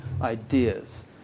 ideas